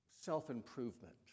self-improvement